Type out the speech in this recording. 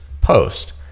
post